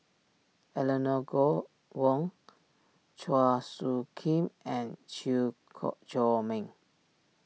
Eleanor go Wong Chua Soo Khim and Chew Chor Meng